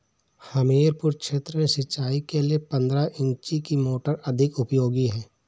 हमीरपुर क्षेत्र में सिंचाई के लिए पंद्रह इंची की मोटर अधिक उपयोगी है?